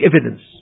evidence